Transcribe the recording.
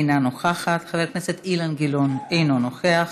אינה נוכחת, חבר הכנסת אילן גילאון, אינו נוכח,